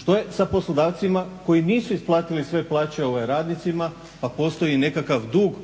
Što je sa poslodavcima koji nisu isplatili sve plaće radnicima pa postoji nekakav dug